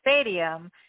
Stadium